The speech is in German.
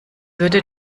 würde